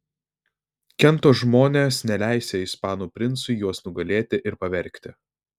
kento žmonės neleisią ispanų princui juos nugalėti ir pavergti